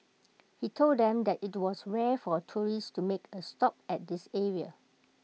he told them that IT was rare for tourists to make A stop at this area